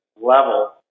level